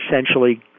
essentially